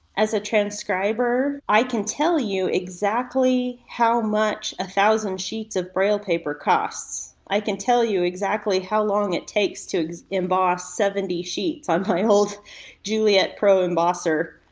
as a transcriber i can tell you exactly how much a thousand sheets of braille paper costs, i can tell you exactly how long it takes to emboss seventy sheets on my old juliet pro embosser.